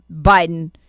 Biden